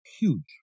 Huge